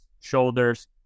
shoulders